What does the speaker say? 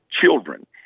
children